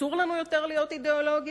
אסור לנו יותר להיות אידיאולוגים?